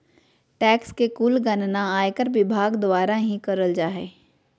tax के कुल गणना आयकर विभाग द्वारा ही करल जा हय